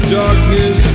darkness